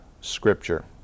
Scripture